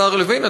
השר לוין,